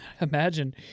imagine